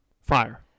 Fire